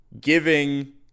giving